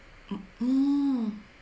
oh